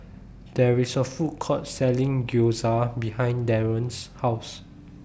There IS A Food Court Selling Gyoza behind Daron's House